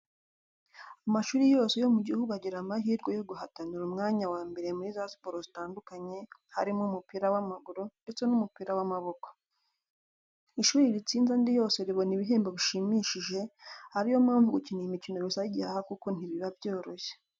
Amashuri yose yo mu gihugu agira amahirwe yo guhatanira umwanya wa mbere muri za siporo zitandukanye, harimo umupira w'amaguru ndetse n'umupira w'amaboko. Ishuri ritsinze andi yose ribona ibihembo bishimishije, ari yo mpamvu gukina iyi mikino bisaba igihaha kuko ntibiba byoroshye.